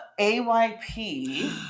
ayp